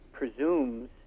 Presumes